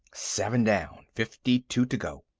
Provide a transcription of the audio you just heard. seven down. fifty-two to go.